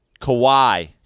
Kawhi